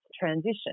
transition